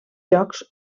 jocs